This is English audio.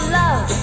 love